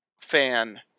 fan